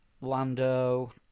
Lando